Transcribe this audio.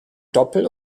doppel